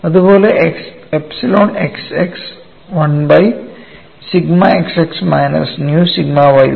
അതിനാൽ epsilon x x 1 by sigma x x minus nu sigma yy